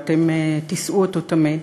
ואתם תישאו אותו תמיד.